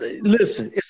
Listen